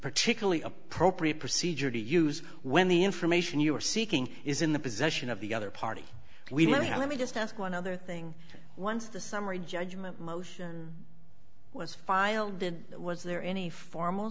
particularly appropriate procedure to use when the information you are seeking is in the possession of the other party we let me just ask one other thing once the summary judgment motion was filed did was there any formal